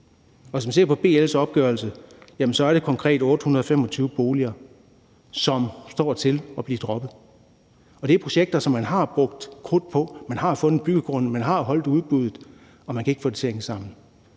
Og hvis man ser på BL's opgørelse, er det konkret 825 boliger, som står til at blive droppet. Det er projekter, som man har brugt krudt på, man har fundet byggegrunden, man har holdt udbuddet, men man kan ikke få det til at hænge sammen.